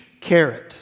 carrot